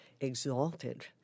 exalted